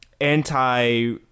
anti